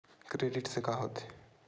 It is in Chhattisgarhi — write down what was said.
क्रेडिट से का होथे?